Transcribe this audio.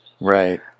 right